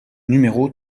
numéro